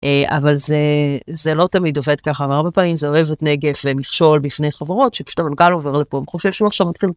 אבל זה זה לא תמיד עובד ככה הרבה פעמים זו אבן נגף, זה מכשול בפני חברות שפשוט המנכ״ל עובר לפה.